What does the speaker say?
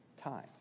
time